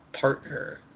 partner